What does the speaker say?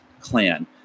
clan